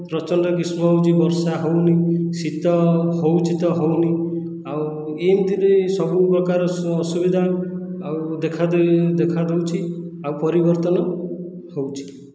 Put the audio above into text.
ପ୍ରଚଣ୍ଡ ଗ୍ରୀଷ୍ମ ହେଉଛି ବର୍ଷା ହେଉନି ଶୀତ ହେଉଛି ତ ହେଉନି ଆଉ ଏମିତିରେ ସବୁପ୍ରକାର ଅସୁବିଧା ଆଉ ଦେଖା ଦେଇ ଦେଖା ଦେଉଛି ଆଉ ପରିବର୍ତ୍ତନ ହେଉଛି